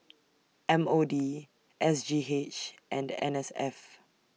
M O D S G H and N S F